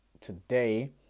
today